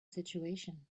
situation